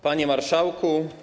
Panie Marszałku!